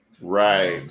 Right